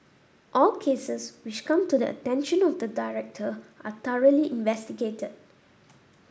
all cases which come to the attention of the director are thoroughly investigated